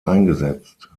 eingesetzt